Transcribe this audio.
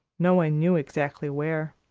no one knew exactly where,